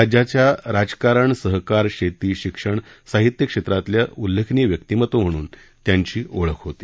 राज्याच्या राजकारण सहकार शेती शिक्षण साहित्य क्षेत्रातील उल्लेखनीय व्यक्तिमत्व म्हणून त्यांची ओळख होती